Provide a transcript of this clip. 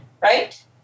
right